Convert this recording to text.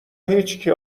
هیچکی